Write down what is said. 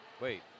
wait